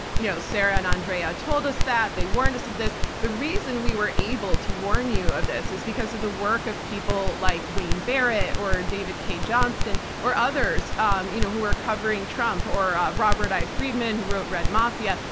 you know sarah and andrea told us that. they weren't this or this. the reason we were able to warn you of this is because of the work of people like wayne barrett or david cay johnston or others um you know who are covering trump. or robert i. friedman who wrote red mafia.